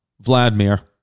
Vladimir